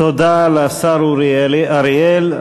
תודה לשר אורי אריאל.